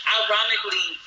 ironically